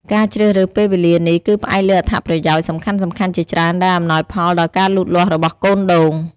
ការជ្រើសរើសពេលវេលានេះ គឺផ្អែកលើអត្ថប្រយោជន៍សំខាន់ៗជាច្រើនដែលអំណោយផលដល់ការលូតលាស់របស់កូនដូង។